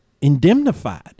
indemnified